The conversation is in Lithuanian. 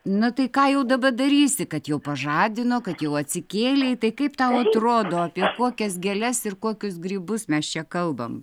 na tai ką jau daba darysi kad jau pažadino kad jau atsikėlei tai kaip tau atrodo apie kokias gėles ir kokius grybus mes čia kalbam